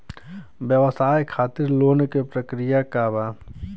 व्यवसाय खातीर लोन के प्रक्रिया का बा?